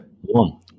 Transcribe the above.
One